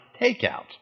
takeout